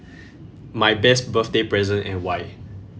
my best birthday present and why